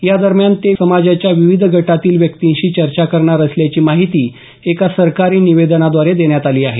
या दरम्यान ते समाजाच्या विविध गटांतील व्यक्तींशी चर्चा करणार असल्याची माहिती एका सरकारी निवेदनाद्वारे देण्यात आली आहे